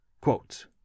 Quote